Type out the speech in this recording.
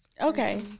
Okay